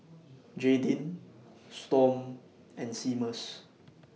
Jaydin Storm and Seamus